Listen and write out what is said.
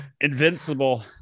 invincible